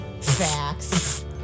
facts